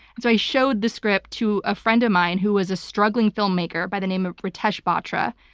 and so i showed the script to a friend of mine who was a struggling filmmaker by the name of ritesh batra.